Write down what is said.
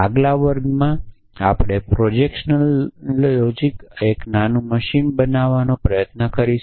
આગલા વર્ગમાં આપણે પ્રોપ્રોજીશનલ લોજિક માટે એક નાનું મશીન બનાવવાનો પ્રયાસ કરીશું